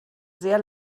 sehr